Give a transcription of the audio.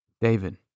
David